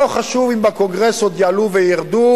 לא חשוב אם בקונגרס עוד יעלו וירדו,